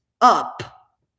up